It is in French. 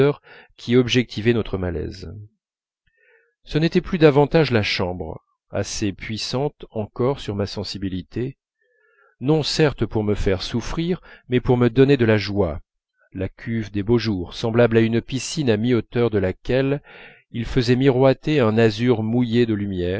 qui objectivaient notre malaise ce n'était plus davantage la chambre assez puissante encore sur ma sensibilité non certes pour me faire souffrir mais pour me donner de la joie la cuve des beaux jours semblable à une piscine à mi-hauteur de laquelle ils faisaient miroiter un azur mouillé de lumière